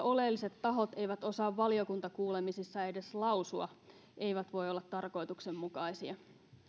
oleelliset tahot eivät osaa valiokuntakuulemisessa edes lausua eivät voi olla tarkoituksenmukaisia